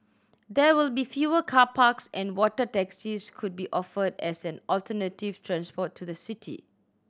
there will be fewer car parks and water taxis could be offered as an alternative transport to the city